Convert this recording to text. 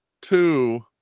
two